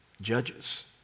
Judges